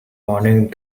morning